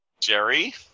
Jerry